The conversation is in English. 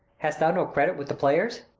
hast thou no credit with the players?